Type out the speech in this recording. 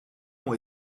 ont